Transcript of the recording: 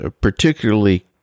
particularly